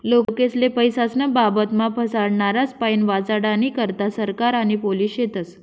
लोकेस्ले पैसास्नं बाबतमा फसाडनारास्पाईन वाचाडानी करता सरकार आणि पोलिस शेतस